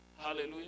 Hallelujah